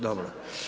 Dobro.